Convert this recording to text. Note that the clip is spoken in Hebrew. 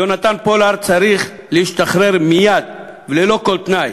יונתן פולארד צריך להשתחרר מייד וללא כל תנאי.